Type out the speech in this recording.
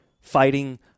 fighting